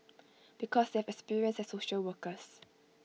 because they have experience as social workers